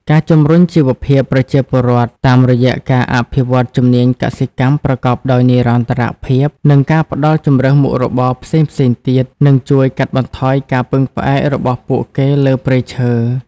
ការជំរុញជីវភាពប្រជាពលរដ្ឋ តាមរយៈការអភិវឌ្ឍជំនាញកសិកម្មប្រកបដោយនិរន្តរភាព និងការផ្តល់ជម្រើសមុខរបរផ្សេងៗទៀត នឹងជួយកាត់បន្ថយការពឹងផ្អែករបស់ពួកគេលើព្រៃឈើ។